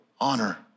honor